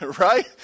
Right